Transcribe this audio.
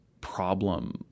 problem